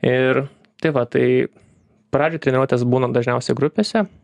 ir tai va tai pradžių treniruotės būna dažniausiai grupėse